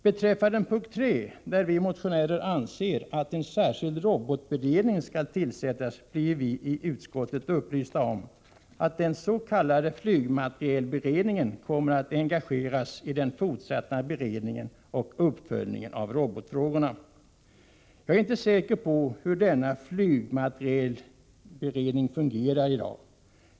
Beträffande punkt 3, där vi motionärer anser att en särskild robotberedning skall tillsättas, blir vi i utskottsbetänkandet upplysta om att den s.k. flygmaterielberedningen kommer att engageras i den fortsatta beredningen och uppföljningen av robotfrågorna. Jag är inte säker på hur denna flygmaterielberedning fungerar i dag.